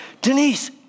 Denise